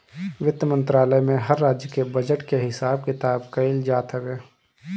वित्त मंत्रालय में हर राज्य के बजट के हिसाब किताब कइल जात हवे